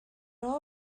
all